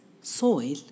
soil